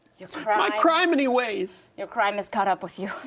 your crime my crime-any ways. your crime has caught up with you.